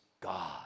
God